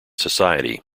society